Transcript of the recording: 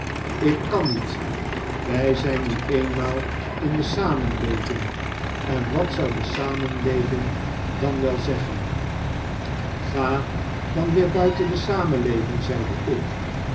ik kan niet wij zijn nu eenmaal in de samenleving en wat zou de samenleving dan wel zeggen ga dan weer buiten de samenleving zeide ik